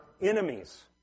enemies